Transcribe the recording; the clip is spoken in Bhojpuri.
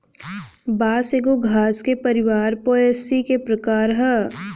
बांस एगो घास के परिवार पोएसी के प्रकार ह